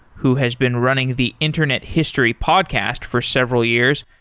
who has been running the internet history podcast for several years.